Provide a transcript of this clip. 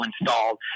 installed